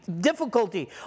difficulty